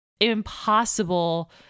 impossible